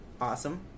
Awesome